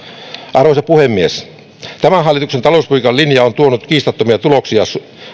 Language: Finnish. arvoisa puhemies tämän hallituksen talouspolitiikan linja on tuonut kiistattomia tuloksia